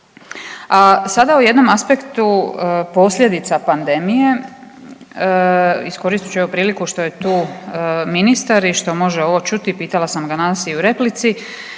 sada o jednom aspektu posljedica pandemije, iskoristit ću evo priliku što je tu ministar i što može ovo čuti, pitala sam ga danas i u replici,